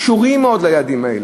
קשורים מאוד לילדים האלה.